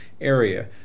area